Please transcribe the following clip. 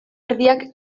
erdiak